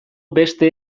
beste